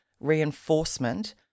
reinforcement